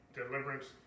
deliverance